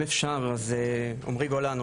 אם אפשר אני עמרי גולן,